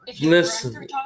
Listen